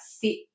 fit